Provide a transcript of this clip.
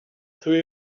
through